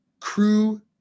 crew